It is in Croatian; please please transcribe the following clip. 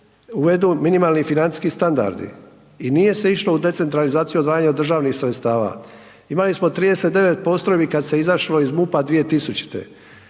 uvedu minimalni financijski standardi i nije se išlo u decentralizaciju odvajanja od državnih sredstava. Imali smo 39 postrojbi kada se izašlo iz MUP-a 2000.,